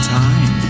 time